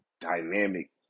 dynamic